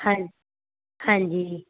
ਹਾਂਜੀ ਹਾਂਜੀ